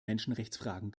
menschenrechtsfragen